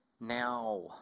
Now